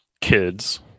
kids